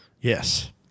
Yes